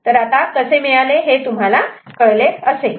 तर आता कसे मिळाले हे तुम्हाला कळले असेल